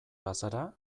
bazara